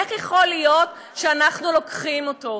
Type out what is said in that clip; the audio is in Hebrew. איך יכול להיות שאנחנו לוקחים אותו?